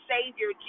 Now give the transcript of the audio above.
Savior